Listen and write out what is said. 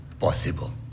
possible